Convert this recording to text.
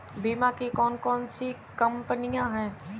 बीमा की कौन कौन सी कंपनियाँ हैं?